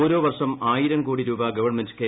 ഓരോ വർഷം ആയിരം കോടി രൂപ ഗവൺമെന്റ് കെ